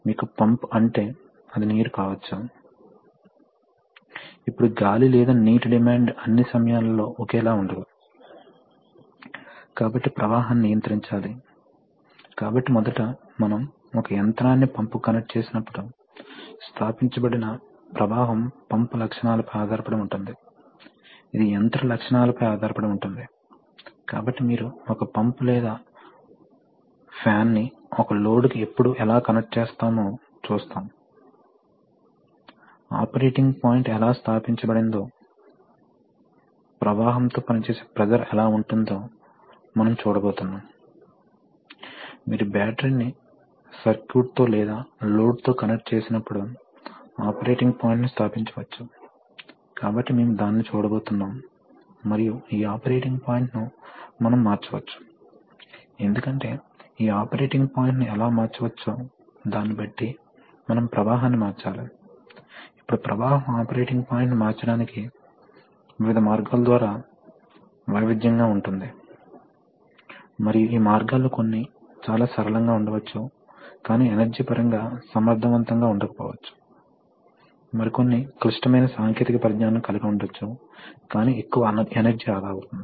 కాబట్టి న్యుమాటిక్స్ అంటే ఏమిటి ఆక్స్ఫర్డ్ రిఫరెన్స్ డిక్షనరీని ద్వారా న్యూమాటిక్స్ అంటే ప్రెషర్ సమక్షంలో గాలి లేదా గ్యాస్ ఆపరేట్ చేయబడడం అని సూచిస్తుంది కాబట్టి మనకు ఇప్పటికే కొన్ని ఉపన్యాసాలు ఉన్నందున హైడ్రాలిక్స్ కంట్రోల్ లో అవి రెండూ ఫ్లూయిడ్ కంట్రోల్ సిస్టం యొక్క హైడ్రాలిక్స్ మరియు న్యూమాటిక్స్ ఇక్కడ ప్రెషర్ లో ఉన్న ద్రవం పని చేయడానికి ఉపయోగించబడుతుంది హైడ్రాలిక్స్లో ఈ ఫ్లూయిడ్ ఆయిల్ మరియు న్యుమాటిక్స్లో ఇది గాలి ఇది కంప్రెస్ చేయబడిన గాలి కాబట్టి కంప్రెస్ చేయబడిన గాలిని ఉపయోగించడంలో కొన్ని ప్రయోజనాలు మరియు అప్రయోజనాలు ఉన్నాయి కాబట్టి న్యుమాటిక్స్ సిస్టమ్స్ యొక్క ప్రధాన ప్రయోజనాలు ఏమిటంటే గాలి సేకరించడానికి మరియు ఎగ్జాస్ట్ చేయడానికి ఉచితం కాబట్టి మీరు దానిని కొనవలసిన అవసరం లేదు అందువల్ల ఇది చౌకగా ఉంటుంది మరియు ఇది వాతావరణంలోకి ఎగ్జాస్ట్ అయిపోతుంది